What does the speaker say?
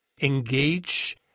engage